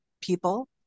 people